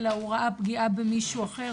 אלא הוא ראה פגיעה במישהו אחר,